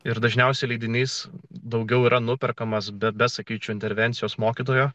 ir dažniausiai leidinys daugiau yra nuperkamas bet be sakyčiau intervencijos mokytojo